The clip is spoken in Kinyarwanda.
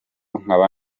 nkaba